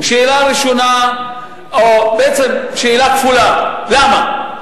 או בעצם שאלה כפולה, למה?